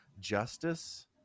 justice